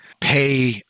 pay